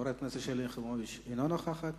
חברת הכנסת שלי יחימוביץ, אינה נוכחת.